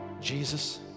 Jesus